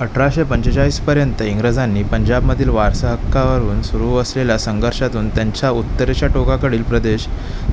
अठराशे पंचेचाळीसपर्यंत इंग्रजांनी पंजाबमधील वारसाहक्कावरून सुरू असलेल्या संघर्षातून त्यांच्या उत्तरेच्या टोकाकडील प्रदेश